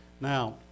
Now